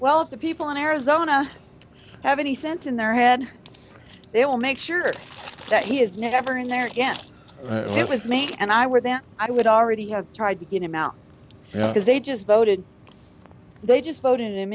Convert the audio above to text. if the people in arizona have any sense in their head they will make sure that he is never in there again if it was me and i were then i would already have tried to get him out because they just voted they just voted him